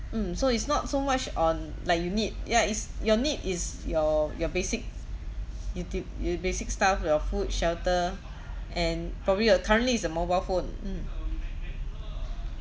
mm so it's not so much on like you need ya it's your need is your your basic youtube you basic stuff your food shelter and probably uh currently is a mobile phone mm